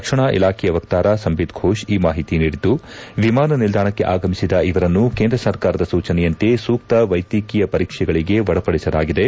ರಕ್ಷಣಾ ಇಲಾಖೆಯ ವಕ್ತಾರ ಸಂಬಿತ್ ಫೋಶ್ ಈ ಮಾಹಿತಿ ನೀಡಿದ್ದು ವಿಮಾನ ನಿಲ್ದಾಣಕ್ಕೆ ಆಗಮಿಸಿದ ಇವರನ್ನು ಕೇಂದ್ರ ಸರ್ಕಾರದ ಸೂಚನೆಯಂತೆ ಸೂಕ್ತ ವೈದ್ಯಕೀಯ ಪರೀಕ್ಷೆಗಳಿಗೆ ಒಳಪಡಿಸಲಾಗಿದೆ